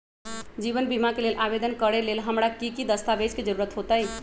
जीवन बीमा के लेल आवेदन करे लेल हमरा की की दस्तावेज के जरूरत होतई?